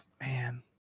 man